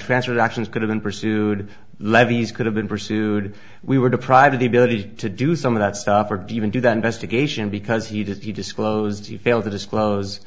transferred actions could have been pursued levy's could have been pursued we were deprived of the ability to do some of that stuff or even do that investigation because he did he disclosed he failed to disclose